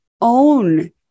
own